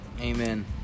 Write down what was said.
amen